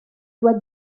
doit